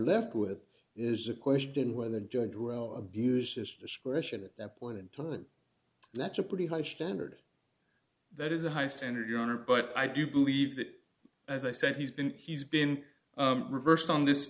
left with is a question where the judge well abuses discretion at that point in time and that's a pretty high standard that is a high standard your honor but i do believe that as i said he's been he's been reversed on this